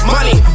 Money